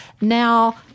Now